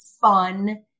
fun